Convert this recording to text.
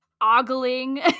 ogling